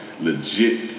legit